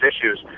issues